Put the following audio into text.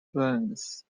scenes